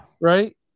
right